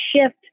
shift